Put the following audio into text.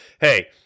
hey